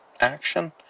action